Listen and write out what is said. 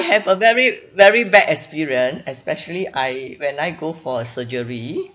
have a very very bad experience especially I when I go for a surgery